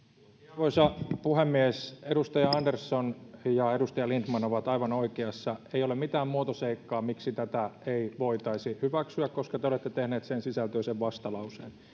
arvoisa puhemies edustaja andersson ja edustaja lindtman ovat aivan oikeassa ei ole mitään muotoseikkaa miksi tätä ei voitaisi hyväksyä koska te olette tehneet sen sisältöisen vastalauseen